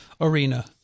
arena